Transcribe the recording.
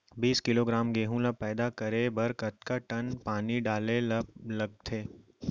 बीस किलोग्राम गेहूँ ल पैदा करे बर कतका टन पानी डाले ल लगथे?